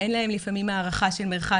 אין להם לפעמים הערכה של מרחק,